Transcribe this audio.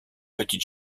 petite